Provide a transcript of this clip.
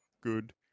good